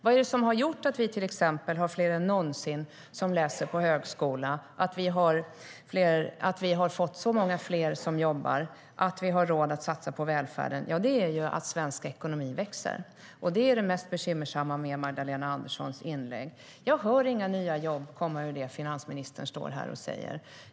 Vad är det som har gjort att vi till exempel har fler än någonsin som läser på högskola, att vi har fått så många fler som jobbar och att vi har råd att satsa på välfärden? Jo, det beror på att svensk ekonomi växer. Det är här vi finner det mest bekymmersamma med Magdalena Anderssons inlägg. Jag hör inga nya jobb komma ur det finansministern står här och säger.